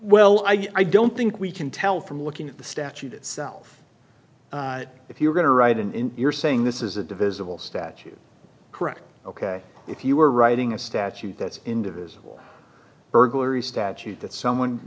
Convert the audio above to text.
well i don't think we can tell from looking at the statute itself if you're going to write in your saying this is a divisible statute correct ok if you were writing a statute that's indivisible burglary statute that someone